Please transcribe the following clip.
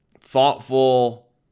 thoughtful